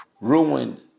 ruined